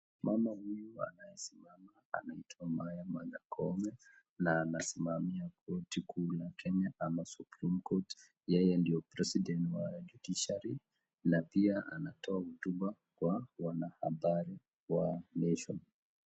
Mama huyu anayesimama zinaitwa Martha Koome na amesimamia koti kuu ya Kenya ama supreme court .Yeye ndiye president wa president wa judiciary na pia anatoa huduma kwa wanahabari wa nation .